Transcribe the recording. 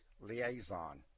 liaison